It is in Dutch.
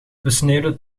besneeuwde